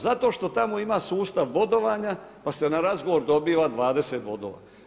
Zato što tamo ima sustav bodovanja pa se na razgovor dobiva 20 bodova.